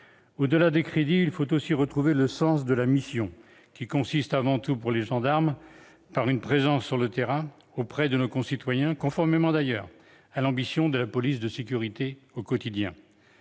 Au-delà des crédits, il faut aussi retrouver le sens de la mission, qui consiste avant tout pour les gendarmes en une présence sur le terrain auprès de nos concitoyens, conformément d'ailleurs à l'ambition de la police de sécurité du quotidien.